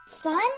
sun